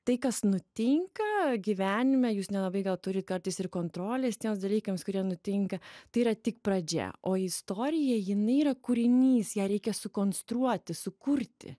tai kas nutinka gyvenime jūs nelabai gal turit kartais ir kontrolės tiems dalykams kurie nutinka tai yra tik pradžia o istorija jinai yra kūrinys ją reikia sukonstruoti sukurti